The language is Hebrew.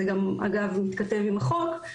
זה גם אגב מתכתב עם החוק,